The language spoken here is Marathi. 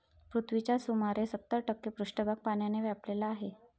पृथ्वीचा सुमारे सत्तर टक्के पृष्ठभाग पाण्याने व्यापलेला आहे